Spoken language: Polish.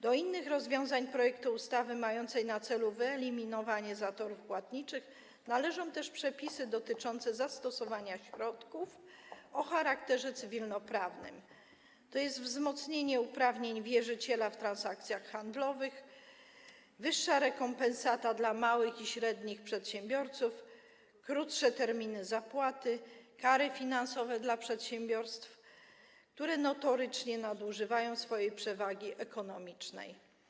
Do innych rozwiązań projektu ustawy mającej na celu wyeliminowanie zatorów płatniczych należą też przepisy dotyczące zastosowania środków o charakterze cywilnoprawnym, to jest: wzmocnienie uprawnień wierzyciela w transakcjach handlowych, wyższa rekompensata dla małych i średnich przedsiębiorców, krótsze terminy zapłaty, kary finansowe dla przedsiębiorstw, które notorycznie nadużywają swojej przewagi ekonomicznej.